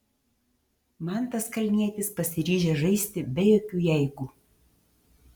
mantas kalnietis pasiryžęs žaisti be jokių jeigu